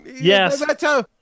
Yes